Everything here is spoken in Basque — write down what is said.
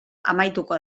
amaituko